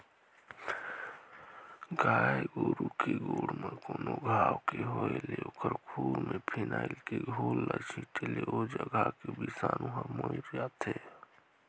गाय गोरु के गोड़ म कोनो घांव के होय ले ओखर खूर में फिनाइल के घोल ल छींटे ले ओ जघा के बिसानु हर मइर जाथे